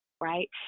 right